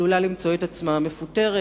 עלולה למצוא את עצמה מפוטרת.